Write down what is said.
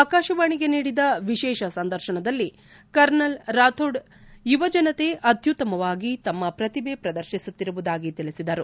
ಆಕಾಶವಾಣಿಗೆ ನೀಡಿದ ವಿಶೇಷ ಸಂದರ್ಶನದಲ್ಲಿ ಕರ್ನಲ್ ರಾಥೋಡ್ ಯುವಜನತೆ ಅತ್ಯುತ್ತಮವಾಗಿ ತಮ್ನ ಪ್ರತಿಭೆ ಪ್ರದರ್ತಿಸುತ್ತಿರುವುದಾಗಿ ತಿಳಿಸಿದರು